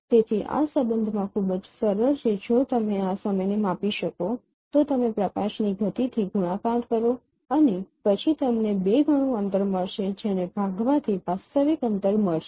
તેથી આ સંબંધમાં ખૂબ જ સરળ છે જો તમે આ સમયને માપી શકો તો તમે પ્રકાશની ગતિથી ગુણાકાર કરો અને પછી તમને બે ગણું અંતર મળશે જેને બે ભાગવાથી વાસ્તવિક અંતર મળશે